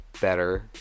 better